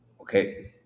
Okay